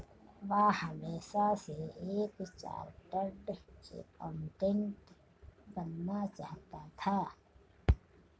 वह हमेशा से एक चार्टर्ड एकाउंटेंट बनना चाहता था